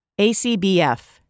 ACBF